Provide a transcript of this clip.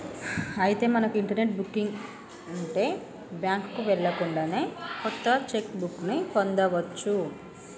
అయితే మనకు internet booking ఉంటే బ్యాంకుకు వెళ్ళకుండానే కొత్త చెక్ బుక్ ని పొందవచ్చు